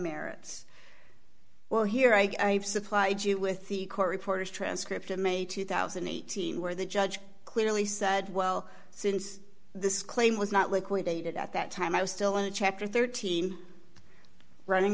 merits well here i supplied you with the court reporter's transcript in may two thousand and eighteen where the judge clearly said well since this claim was not liquidated at that time i was still in chapter thirteen running